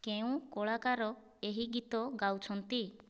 କେଉଁ କଳାକାର ଏହି ଗୀତ ଗାଉଛନ୍ତି